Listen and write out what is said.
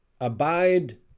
Abide